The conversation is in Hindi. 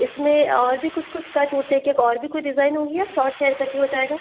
इसमें और भी कुछ कुछ कट होते क्या और भी कोई डिज़ाइन होगी या सॉर्ट हेयर कट ही हो जाएगा